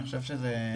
אני חושב שזה,